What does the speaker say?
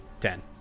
Ten